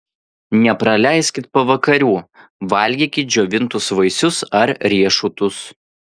nepraleiskit pavakarių valgykit džiovintus vaisius ar riešutus